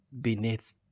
beneath